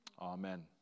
Amen